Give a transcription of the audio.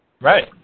Right